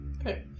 Okay